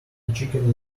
chicken